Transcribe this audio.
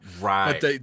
right